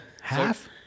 half